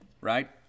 right